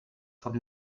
von